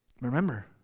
Remember